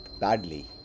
badly